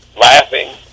laughing